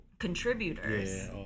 contributors